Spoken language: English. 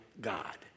God